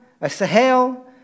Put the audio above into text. Asahel